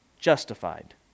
justified